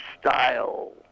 style